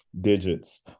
digits